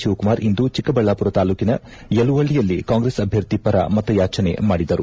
ಶಿವಕುಮಾರ್ ಇಂದು ಚಿಕ್ಕಬಳ್ಳಾಪುರ ತಾಲೂಕಿನ ಯಲುವಳ್ಳಯಲ್ಲಿ ಕಾಂಗ್ರೆಸ್ ಅಭ್ಯರ್ಥಿ ಪರ ಮತಯಾಚನೆ ಮಾಡಿದರು